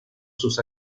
sus